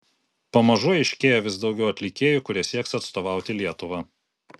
pamažu aiškėja vis daugiau atlikėjų kurie sieks atstovauti lietuvą